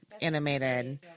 animated